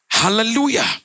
Hallelujah